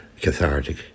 cathartic